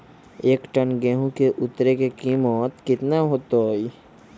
एक टन गेंहू के उतरे के कीमत कितना होतई?